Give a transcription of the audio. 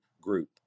group